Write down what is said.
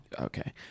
Okay